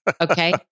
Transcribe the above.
Okay